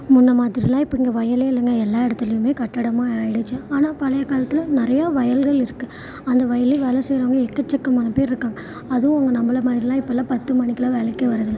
முன்னே மாதிரியெலாம் இப்போ இங்கே வயலே இல்லைங்க எல்லா இடத்துலியுமே கட்டடமாக ஆகிடுச்சு ஆனால் பழைய காலத்தில் நிறையா வயல்கள் இருக்குது அந்த வயலிலே வேலை செய்கிறவங்க எக்கச்சக்கமான பேர் இருக்காங்க அதுவும் அவங்க நம்மள மாதிரிலாம் இப்போ எல்லாம் பத்து மணிக்கெலாம் வேலைக்கே வரதில்லை